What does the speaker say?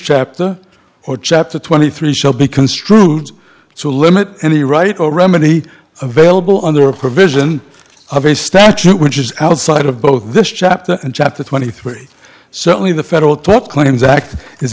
chapter or chapter twenty three shall be construed to limit any right or remedy available under a provision of a statute which is outside of both this chapter and chapter twenty three certainly the federal tort claims act is